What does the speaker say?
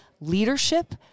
leadership